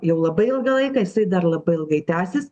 jau labai ilgą laiką jisai dar labai ilgai tęsis